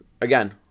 Again